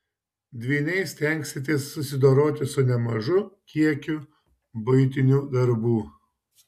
dvyniai stengsitės susidoroti su nemažu kiekiu buitinių darbų